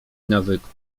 nawyku